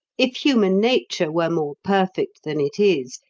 if human nature were more perfect than it is,